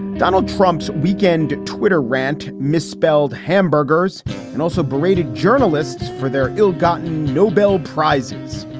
donald trump's weekend twitter rant misspelled hamburgers and also berated journalists for their ill gotten nobel prizes.